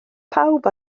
pawb